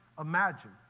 imagine